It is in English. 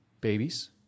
babies